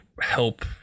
help